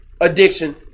addiction